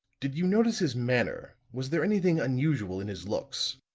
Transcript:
did you notice his manner? was there anything unusual in his looks?